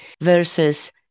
versus